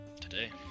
today